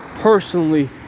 personally